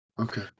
Okay